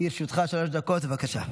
לרשותך שלוש דקות, בבקשה.